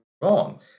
wrong